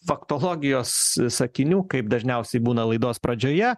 faktologijos sakinių kaip dažniausiai būna laidos pradžioje